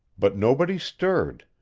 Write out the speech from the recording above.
but nobody stirred.